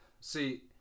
See